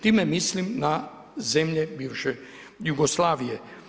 Time mislim na zemlje bivše Jugoslavije.